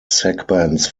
segments